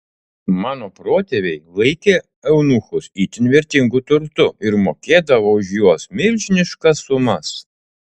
mano protėviai laikė eunuchus itin vertingu turtu ir mokėdavo už juos milžiniškas sumas